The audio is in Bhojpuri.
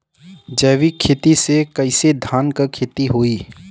जैविक खेती से कईसे धान क खेती होई?